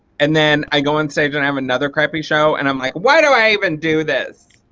and then i go on stage and i have another crappy show and i'm like why do i even do this,